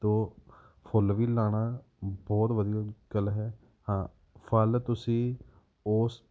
ਤੋ ਫੁੱਲ ਵੀ ਲਾਉਣਾ ਬਹੁਤ ਵਧੀਆ ਗੱਲ ਹੈ ਹਾਂ ਫਲ ਤੁਸੀਂ ਉਸ